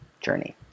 journey